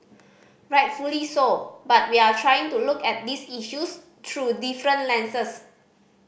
rightfully so but we are trying to look at these issues through different lenses